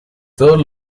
todos